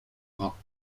bras